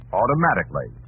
automatically